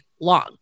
long